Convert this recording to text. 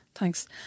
Thanks